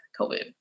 COVID